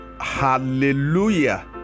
Hallelujah